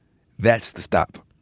that's the stop.